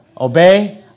obey